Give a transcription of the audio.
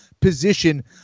position